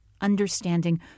understanding